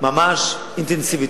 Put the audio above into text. ממש אינטנסיבית.